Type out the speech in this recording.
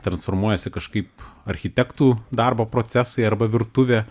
transformuojasi kažkaip architektų darbo procesai arba virtuvė